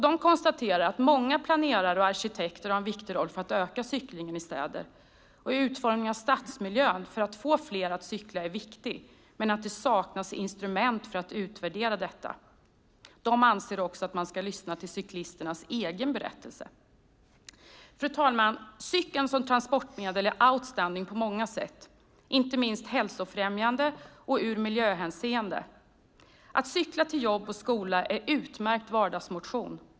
De konstaterar att många planerare och arkitekter har en viktig roll för att öka cyklingen i städer. Utformningen av stadsmiljön för att få fler att cykla är viktig, men det saknas instrument för att utvärdera värdet av detta. De anser att man ska lyssna till cyklisternas egna berättelser. Fru talman! Cykeln som transportmedel är outstanding på många sätt, inte minst i ett hälsofrämjande perspektiv och ur miljöhänseende. Att cykla till jobb och skola är utmärkt vardagsmotion.